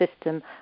system